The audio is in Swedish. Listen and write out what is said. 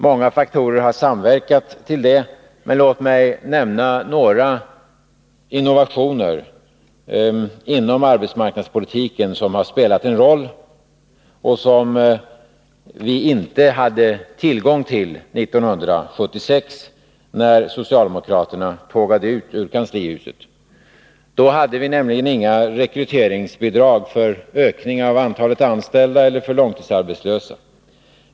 Många faktorer har samverkat till detta, men låt mig nämna några innovationer inom arbetsmarknadspolitiken som har spelat en roll och som vi inte hade tillgång till 1976, när socialdemokraterna tågade ut ur kanslihuset. Då hade vi inga rekryteringsbidrag för ökning av antalet anställda eller för långtidsarbetslösa.